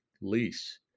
lease